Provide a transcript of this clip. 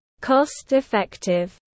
cost-effective